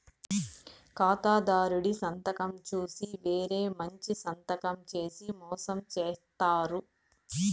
ఖాతాదారుడి సంతకం చూసి వేరే మంచి సంతకం చేసి మోసం చేత్తారు